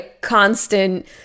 constant